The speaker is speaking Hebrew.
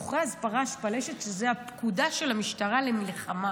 הוכרז "פרש פלשת", שזאת הפקודה של המשטרה למלחמה.